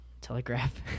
Telegraph